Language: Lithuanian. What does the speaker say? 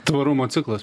tvarumo ciklas